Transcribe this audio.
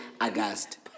August